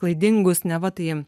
klaidingus neva tai